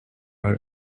our